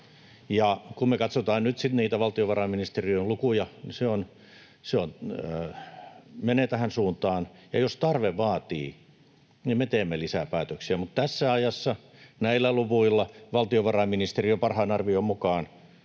Kun me katsotaan niitä valtiovarainministeriön lukuja, niin se menee tähän suuntaan. Ja jos tarve vaatii, niin me teemme lisää päätöksiä, mutta tässä ajassa, näillä luvuilla valtiovarainministeriön parhaan arvion mukaan,